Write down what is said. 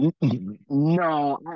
no